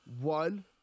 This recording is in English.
One